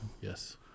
Yes